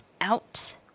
Out